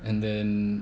and then